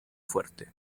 fuerte